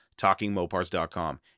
TalkingMopars.com